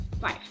five